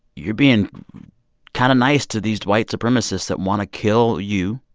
you're being kind of nice to these white supremacists that want to kill you,